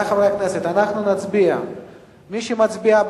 מסכימה לוועדה.